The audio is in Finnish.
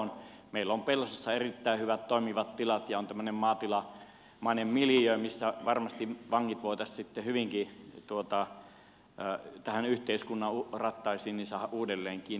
meillä on pelsossa erittäin hyvät toimivat tilat ja on tämmöinen maatilamainen miljöö missä varmasti vangit voitaisiin sitten hyvinkin näihin yhteiskunnan rattaisiin saada uudelleen kiinni